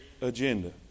agenda